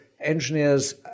engineers